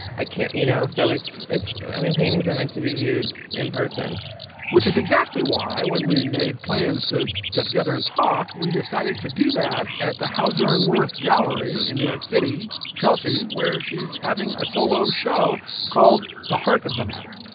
i can't you know. so it's it's i mean paintings are meant to be viewed in person which is exactly why when we made plans to get together and talk we decided to do that at the houser and worth gallery in new york city chelsea where she's having a solo show called the heart of the matter.